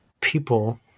people